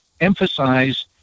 emphasize